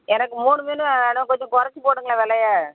எனக்கு மூணு மீனும் வேணும் கொஞ்சம் குறைச்சி போடுங்களேன் விலைய